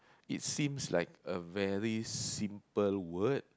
it seems like a very simple word